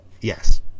Yes